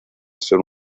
son